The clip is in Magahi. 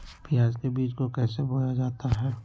प्याज के बीज को कैसे बोया जाता है?